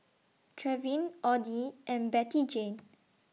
Trevin Oddie and Bettyjane